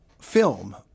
film